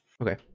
okay